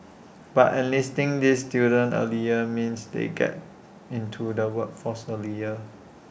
but enlisting these students earlier means they get into the workforce earlier